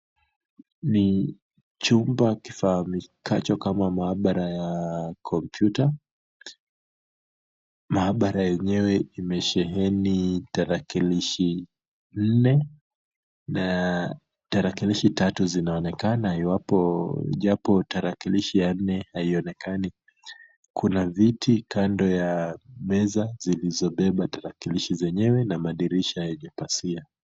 Ni chumba kifahamikacho kama maabara ya kompyuta. Maabara yenyewe imesheheni tarakilishi nne na tarakilishi tatu zinaonekana ijapo tarakilishi ya nne haionekani. Kuna viti kando ya meza zilizobeba tarakilishi zenyewe na madirisha yenye pazia.